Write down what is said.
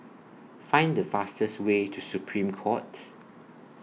Find The fastest Way to Supreme Court